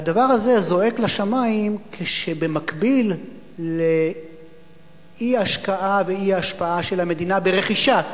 הדבר הזה זועק לשמים כשבמקביל לאי-השקעה ואי-השפעה של המדינה ברכישת